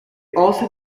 also